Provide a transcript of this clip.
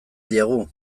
diegu